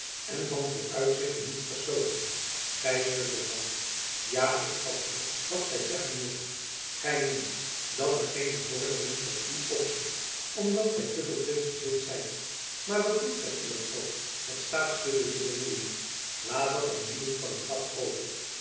en van vooruitzichten niet verstoken gy schudt het hoofd ja ik vat al wat gy zeggen wilt gy meent dat er geen bevordering voor u op zit omdat gy te veel prinsgezind zijt maar wat doet gy u dan ook met staatjacob van lennep elizabeth musch kunde te bemoeien laat dat aan de lieden van t vak over